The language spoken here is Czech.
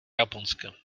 japonska